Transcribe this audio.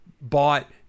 bought